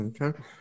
okay